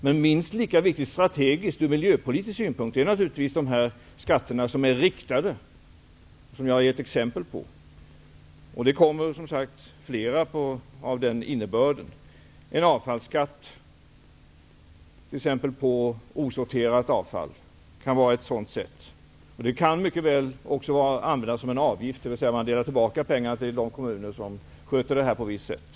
Men minst lika strategiskt viktiga ur miljöpolitisk synpunkt är naturligtvis de skatter som är riktade och som jag har gett exempel på. Det kommer flera med den innebörden. En avfallsskatt på osorterat avfall kan vara en sådan. Den kan mycket väl också användas som en avgift, dvs. att man ger tillbaka pengar till de kommuner som sköter detta på ett visst sätt.